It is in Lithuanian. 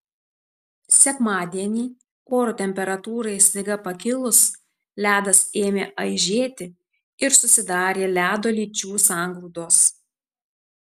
sekmadienį oro temperatūrai staiga pakilus ledas ėmė aižėti ir susidarė ledo lyčių sangrūdos